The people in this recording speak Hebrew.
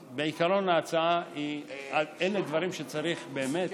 בעיקרון, אלו דברים שצריך באמת